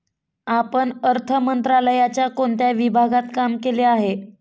आपण अर्थ मंत्रालयाच्या कोणत्या विभागात काम केले आहे?